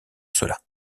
cela